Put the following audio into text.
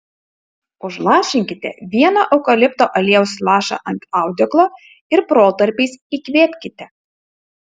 užlašinkite vieną eukalipto aliejaus lašą ant audeklo ir protarpiais įkvėpkite